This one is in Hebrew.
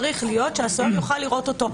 צריך להיות שהסוהר יוכל לראות אותו.